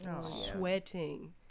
Sweating